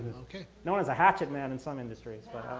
okay. known as a hatchet man in some industries, but